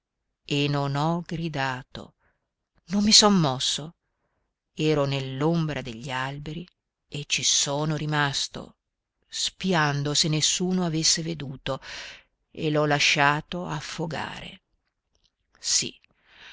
e non ho gridato non mi son mosso ero nell'ombra degli alberi e ci sono rimasto spiando se nessuno avesse veduto e l'ho lasciato affogare sì